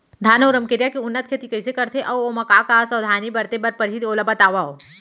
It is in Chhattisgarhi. धान अऊ रमकेरिया के उन्नत खेती कइसे करथे अऊ ओमा का का सावधानी बरते बर परहि ओला बतावव?